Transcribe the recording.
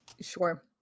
Sure